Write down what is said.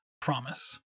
promise